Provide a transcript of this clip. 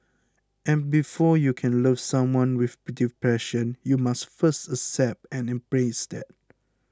and before you can love someone with depression you must first accept and embrace that